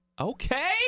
Okay